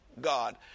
God